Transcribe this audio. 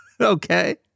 Okay